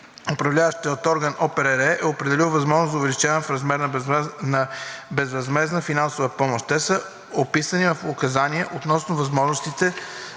Управляващият орган на ОПРР е определил възможност за увеличаване на размера на безвъзмездната финансова помощ. Те са описани в указания относно възможностите